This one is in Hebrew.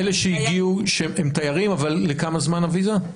אלה שהגיעו, שהם תיירים, אבל לכמה זמן הוויזה?